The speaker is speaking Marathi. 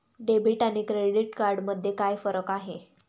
डेबिट आणि क्रेडिट कार्ड मध्ये काय फरक आहे?